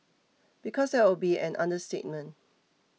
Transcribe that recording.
because that would be an understatement